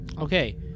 Okay